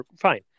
fine